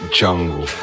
jungle